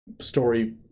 story